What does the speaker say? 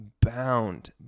bound